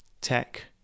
tech